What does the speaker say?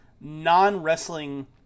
non-wrestling